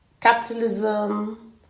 Capitalism